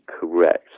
correct